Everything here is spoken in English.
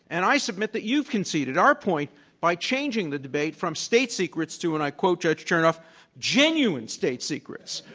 and i submit that you've conceded our point by changing the debate from state secrets to and i quote judge chertoff to genuine state secrets.